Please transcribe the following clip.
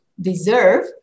deserve